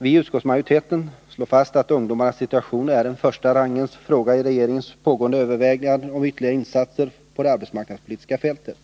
Utskottsmajoriteten slår fast att ungdomarnas situation är en första rangens fråga vid regeringens pågående överväganden om ytterligare insatser på det arbetsmarknadspolitiska fältet.